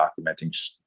documenting